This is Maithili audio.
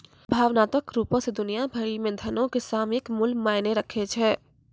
भावनात्मक रुपो से दुनिया भरि मे धनो के सामयिक मूल्य मायने राखै छै